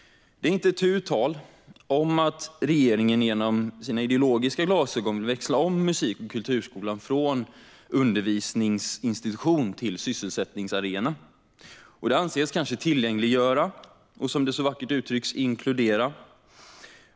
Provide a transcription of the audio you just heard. Det är inte tu tal om att regeringen genom sina ideologiska glasögon vill växla om musik och kulturskolan från undervisningsinstitution till sysselsättningsarena. Det anses kanske tillgängliggöra och, som det så vackert uttrycks, inkludera.